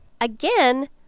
Again